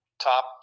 top